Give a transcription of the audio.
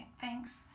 thanks